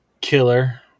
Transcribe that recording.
killer